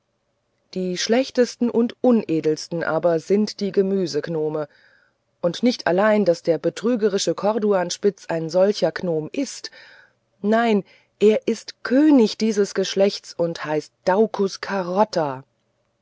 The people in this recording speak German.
die schlechtesten und unedelsten sind aber die gemüsegnomen und nicht allein daß der betrügerische corduanspitz ein solcher gnome ist nein er ist könig dieses geschlechts und heißt daucus